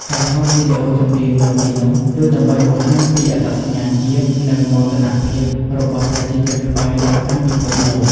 ការថតវីដេអូចម្រៀងនៅទីនោះ គឺដើម្បីបង្ហាញពីអត្តសញ្ញាណជាតិ និងមោទនភាពរបស់ប្រជាជនខ្មែរទៅកាន់ពិភពលោក។